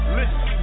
Listen